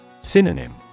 Synonym